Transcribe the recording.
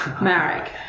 Marek